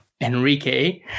Enrique